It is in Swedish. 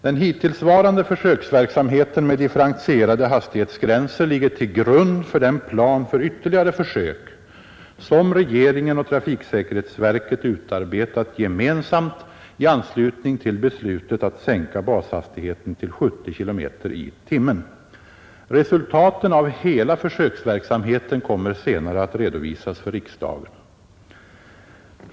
Den hittillsvarande försöksverksamheten med differentierade hastighetsgränser ligger till grund för den plan för ytterligare försök, som regeringen och trafiksäkerhetsverket utarbetat gemensamt i anslutning till beslutet att sänka bashastigheten till 70 km i timmen. Resultaten av hela försöksverksamheten kommer senare att redovisas för riksdagen.